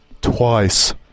twice